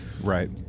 Right